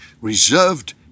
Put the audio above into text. Reserved